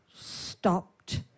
stopped